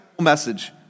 message